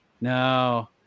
no